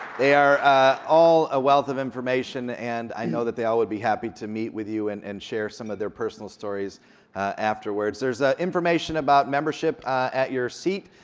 they are all a wealth of information, and i know that they all would be happy to meet with you and and share some of their personal stories afterwards. there's ah information about membership at your seat.